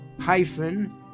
hyphen